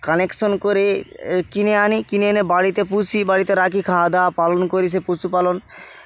connection করে কিনে আনি কিনে এনে বাড়িতে পুষি বাড়িতে রাখি খাওয়া দাওয়া পালন করি সে পশুপালন